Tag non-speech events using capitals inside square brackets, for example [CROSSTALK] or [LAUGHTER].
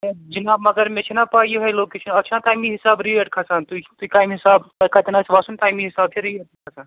[UNINTELLIGIBLE] جناب مگر مےٚ چھِ نہ پَے یِہوٚے لوکیشَن اَتھ چھِنہٕ تَمی حساب ریٹ کھَسان تُہۍ تُہۍ کمہِ حساب تۄہہِ کَتٮ۪ن آسہِ وَسُن تَمی حساب چھِ ریٹ تہِ [UNINTELLIGIBLE]